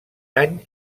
any